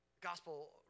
Gospel